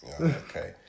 okay